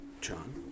John